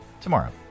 tomorrow